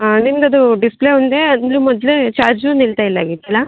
ಹಾಂ ನಿಮ್ದದೂ ಡಿಸ್ಪ್ಲೇ ಒಂದೇ ಅಂದರೆ ಮೊದಲೇ ಚಾರ್ಜು ನಿಲ್ತಾಯಿಲ್ಲ ಆಗಿತ್ತಲ್ಲ